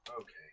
Okay